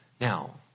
now